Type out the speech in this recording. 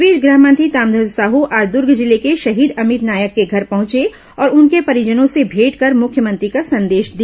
इस बीच गृह मंत्री ताम्रध्वज साहू आज दूर्ग जिले के शहीद अभित नायक के घर पहुंचे और उनके परिजनों से भेंट कर मुख्यमंत्री का संदेश दिया